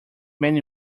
many